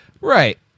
Right